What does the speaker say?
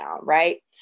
Right